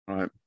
Right